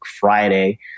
Friday